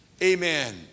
Amen